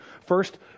First